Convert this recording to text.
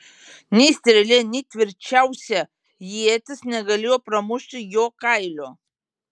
nei strėlė nei tvirčiausia ietis negalėjo pramušti jo kailio